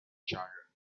other